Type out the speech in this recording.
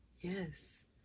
Yes